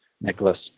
Nicholas